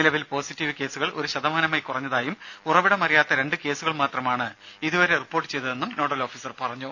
നിലവിൽ പോസിറ്റീവ് കേസുകൾ ഒരു ശതമാനമായി കുറഞ്ഞതായും ഉറവിടം അറിയാത്ത രണ്ട് കേസുകൾ മാത്രമാണ് ഇതുവരെ റിപ്പോർട്ട് ചെയ്തതെന്നും നോഡൽ ഓഫീസർ പറഞ്ഞു